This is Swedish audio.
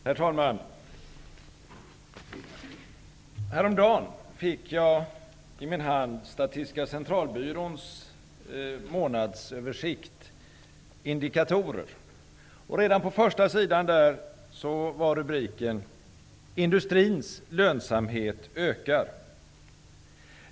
Herr talman! Häromdagen fick jag i min hand Indikatorer. Redan på första sidan var rubriken ''Industrins lönsamhet ökar''.